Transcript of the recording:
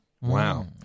Wow